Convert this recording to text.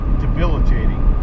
debilitating